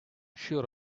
sure